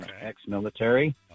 ex-military